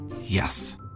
Yes